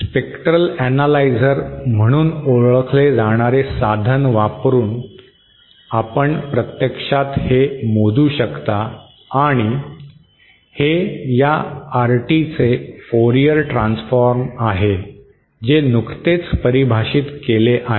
वर्णक्रमीय विश्लेषक म्हणून ओळखले जाणारे साधन वापरुन आपण प्रत्यक्षात हे मोजू शकता आणि हे या RT चे फुरियर ट्रान्सफॉर्म आहे जे नुकतेच परिभाषित केले आहे